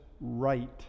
right